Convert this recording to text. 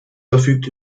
verfügt